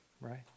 right